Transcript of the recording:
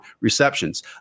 receptions